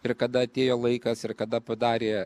ir kada atėjo laikas ir kada padarė